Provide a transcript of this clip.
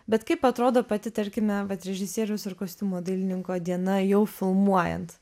bet kaip atrodo pati tarkime vat režisieriaus ir kostiumų dailininko diena jau filmuojant